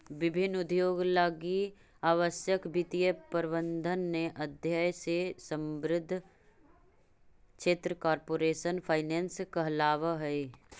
विभिन्न उद्योग लगी आवश्यक वित्तीय प्रबंधन के अध्ययन से संबद्ध क्षेत्र कॉरपोरेट फाइनेंस कहलावऽ हइ